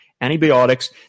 antibiotics